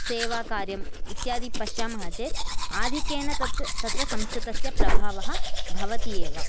सेवाकार्यम् इत्यादि पश्यामः चेत् आधिक्येन तत् तत्र संस्कृतस्य प्रभावः भवति एव